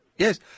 Yes